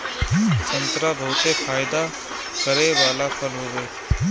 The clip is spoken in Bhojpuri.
संतरा बहुते फायदा करे वाला फल हवे